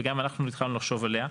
וגם אנחנו התחלנו לחשוב עליה,